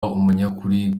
umunyakuri